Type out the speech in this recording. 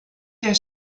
der